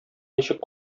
ничек